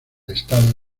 estado